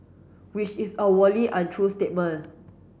which is a untrue statement